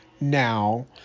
now